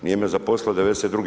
Nije me zaposlilo '92.